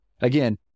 again